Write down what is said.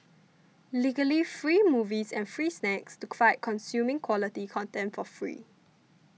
legally free movies and free snacks to fight consuming quality content for free